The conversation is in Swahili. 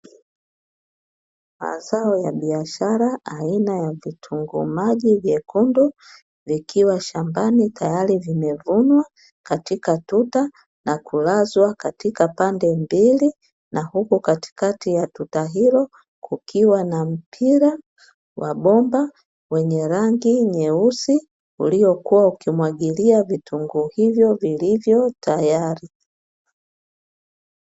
Mazao ya biashara aina ya vitunguu maji vyekundu, vikiwa shambani tayari vimevunwa katika tuta na kulazwa pande mbili na huku katikati ya tuta hilo kukiwa na mpira wa bomba wenye rangi nyeusi, uliokuwa ukimwagilia vitunguu hivyo vilivyo tayari.